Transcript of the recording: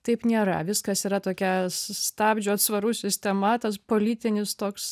taip nėra viskas yra tokia stabdžių atsvarų sistema tas politinis toks